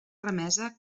remesa